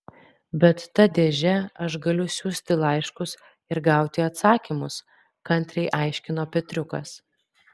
bet ta dėže aš galiu siųsti laiškus ir gauti atsakymus kantriai aiškino petriukas